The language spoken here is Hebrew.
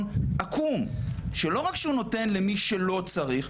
עקום שלא רק שהוא נותן למי שלא צריך,